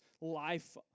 life